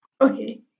okay